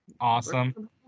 Awesome